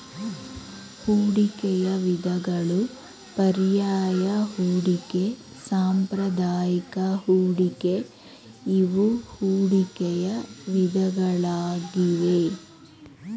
ಹೂಡಿಕೆಯ ವಿಧಗಳು ಪರ್ಯಾಯ ಹೂಡಿಕೆ, ಸಾಂಪ್ರದಾಯಿಕ ಹೂಡಿಕೆ ಇವು ಹೂಡಿಕೆಯ ವಿಧಗಳಾಗಿವೆ